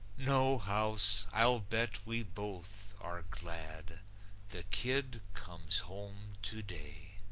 no, house, i'll bet we both are glad the kid comes home today.